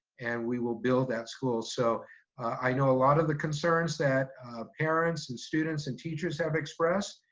and we will build that school. so i know a lot of the concerns that parents and students and teachers have expressed.